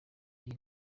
iyi